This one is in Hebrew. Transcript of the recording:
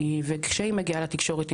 וכשהיא מגיעה לתקשורת,